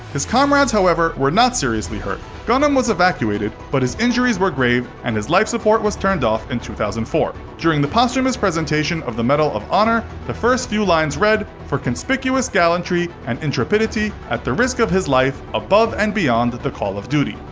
his comrades however were not seriously hurt. gunham was evacuated but his injuries were grave, and his life support was turned off in two thousand and four. during the posthumous presentation of the medal of honor the first few lines read, for conspicuous gallantry and intrepidity at the risk of his life above and beyond the call of duty.